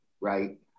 right